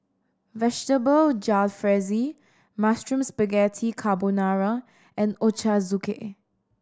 Vegetable Jalfrezi Mushroom Spaghetti Carbonara and Ochazuke